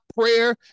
prayer